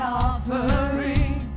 offering